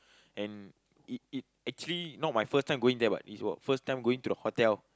and it it actually not my first time going there but is my first time going to the hotel